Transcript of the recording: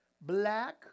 black